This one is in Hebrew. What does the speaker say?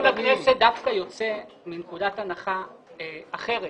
תקנון הכנסת דווקא יוצא מנקודת הנחה אחרת,